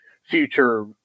Future